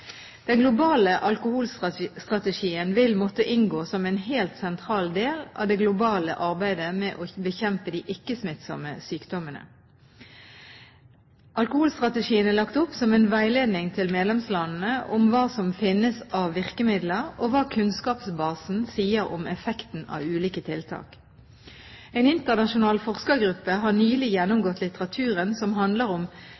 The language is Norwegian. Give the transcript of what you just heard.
Den globale alkoholstrategien vil måtte inngå som en helt sentral del av det globale arbeidet med å bekjempe de ikke-smittsomme sykdommene. Alkoholstrategien er lagt opp som en veiledning til medlemslandene om hva som finnes av virkemidler, og hva kunnskapsbasen sier om effekten av ulike tiltak. En internasjonal forskergruppe har nylig gjennomgått litteratur som handler om